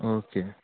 okay